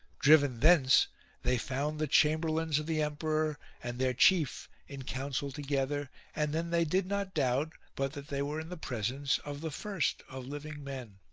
driven thence they found the chamberlains of the emperor and their chief in council together and then they did not doubt but that they were in the presence of the first of living men.